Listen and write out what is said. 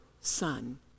Son